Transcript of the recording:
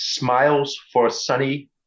smilesforsunny